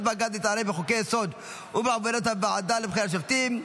בג"ץ להתערב בחוקי-יסוד ובעבודת הוועדה לבחירת שופטים.